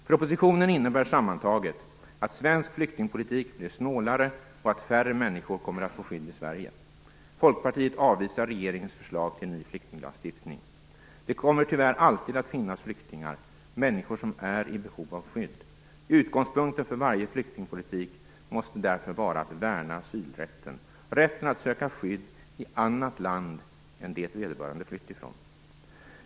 Propositionen innebär sammantaget att svensk flyktingpolitik blir snålare och att färre människor kommer att få skydd i Sverige. Folkpartiet avvisar regeringens förslag till ny flyktinglagstiftning. Det kommer tyvärr alltid att finnas flyktingar, människor som är i behov av skydd. Utgångspunkten för varje flyktingpolitik måste därför vara att värna asylrätten - rätten att söka skydd i annat land än det som vederbörande flytt från.